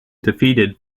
defeated